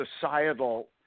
societal